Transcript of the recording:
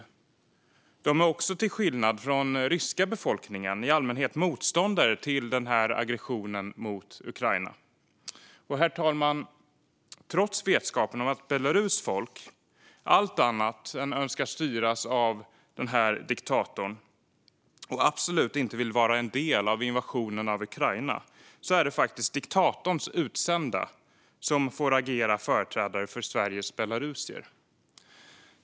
Befolkningen är också, till skillnad från den ryska befolkningen, i allmänhet motståndare till aggressionen mot Ukraina. Herr talman! Trots vetskapen om att Belarus folk önskar allt annat än att styras av en diktator och absolut inte vill vara en del av invasionen mot Ukraina är det diktatorns utsända som får agera företrädare för Sveriges belarusier.